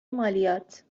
مالیات